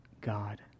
God